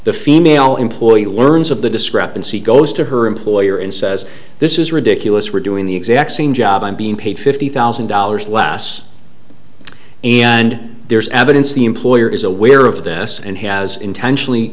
the female employee learns of the discrepancy goes to her employer and says this is ridiculous we're doing the exact same job i'm being paid fifty thousand dollars less and there's evidence the employer is aware of this and has intentionally